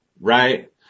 right